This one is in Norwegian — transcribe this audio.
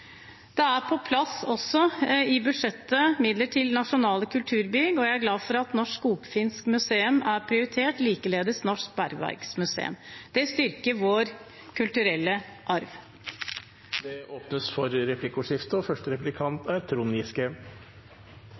også på plass midler til nasjonale kulturbygg. Jeg er glad for at Norsk skogfinsk museum er prioritert, likeledes Norsk Bergverksmuseum. Det styrker vår kulturelle arv. Det blir replikkordskifte. Komitélederen ga et godt og